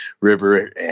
River